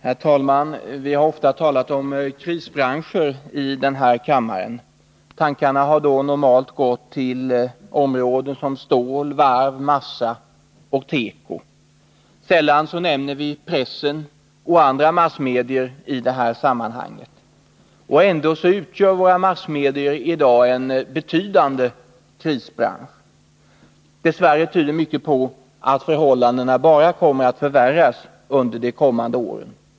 Herr talman! Vi talar ofta om krisbranscher i denna kammare. Tankarna går då normalt till områden som stål, varv, massa och teko. Sällan nämner vi pressen och andra massmedier i detta sammanhang. Ändå utgör våra massmedier i dag en betydande krisbransch. Dess värre tyder mycket på att förhållandena bara kommer att förvärras under de kommande åren.